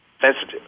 sensitive